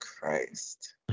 Christ